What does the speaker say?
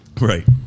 Right